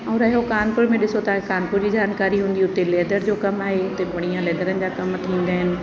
ऐं रहियो कानपुर में ॾिसो था कानपुर जी जानकारी हूंदी हुते लेदर जो कमु आहे हिते बढ़िया लेदरनि जा कम थींदा आहिनि